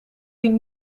die